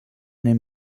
den